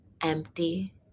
empty